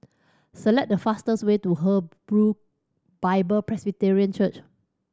select the fastest way to Hebron Bible Presbyterian Church